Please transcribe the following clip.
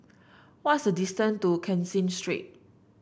what's the distant to Caseen Street